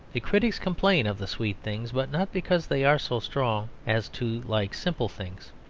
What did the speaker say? the critics complain of the sweet things, but not because they are so strong as to like simple things.